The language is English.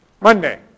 Monday